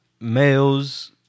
males